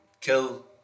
kill